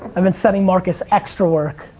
i've been sending marcus extra work.